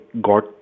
got